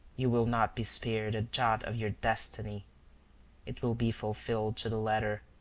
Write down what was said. you will not be spared a jot of your destiny it will be fulfilled to the letter.